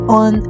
on